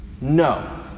No